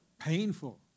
painful